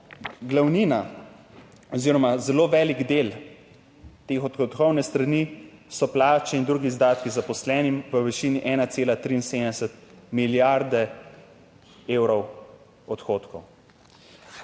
glavnina oziroma zelo velik del teh odhodkovne strani so plače in drugi izdatki zaposlenim v višini 1,73 milijarde evrov odhodkov.